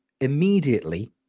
immediately